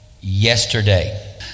yesterday